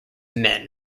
men